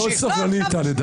לא, עכשיו זאת שנייה.